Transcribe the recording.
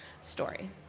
story